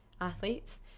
athletes